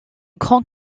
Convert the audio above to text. grand